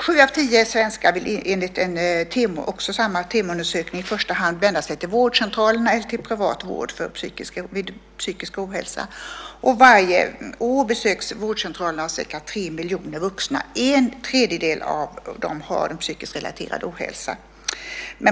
Sju av tio svenskar vill enligt samma Temoundersökning i första hand vända sig till vårdcentralerna eller till privat vård vid psykisk ohälsa. Varje år besöks vårdcentralerna av cirka tre miljoner vuxna. En tredjedel av dem har en psykiskt relaterad ohälsa.